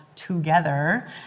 together